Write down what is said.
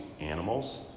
animals